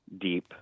deep